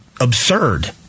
absurd